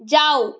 যাও